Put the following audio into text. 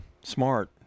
Smart